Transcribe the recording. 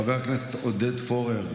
חבר הכנסת עודד פורר,